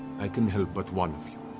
i can help but one of you.